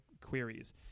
queries